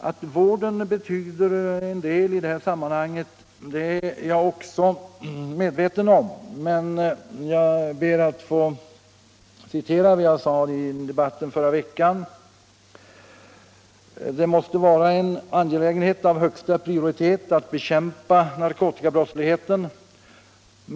At vården betyder en del i detta sammanhang är jag också medveten om. Men jag ber att få citera vad jag sade i debatten förra veckan, nämligen att det måste ”vara en angelägenhet av högsta prioritet att bekämpa narkotikabrottsligheten.